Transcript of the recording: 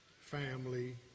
family